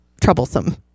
troublesome